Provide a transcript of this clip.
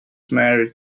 married